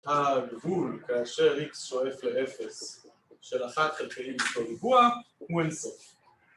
‫הגבול כאשר X שואף ל-0 ‫של אחת חלקי X בריבוע, הוא אינסוף.